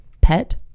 Pet